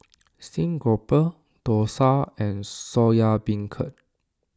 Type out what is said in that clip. Stream Grouper Dosa and Soya Beancurd